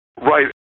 Right